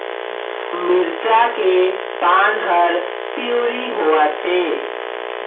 मिरचा के पान हर पिवरी होवथे?